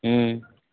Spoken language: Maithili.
हूँ